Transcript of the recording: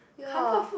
ya